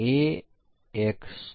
એક પ્રોગ્રામરો છે તેઓ પરીક્ષણ કરે છે